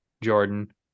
Jordan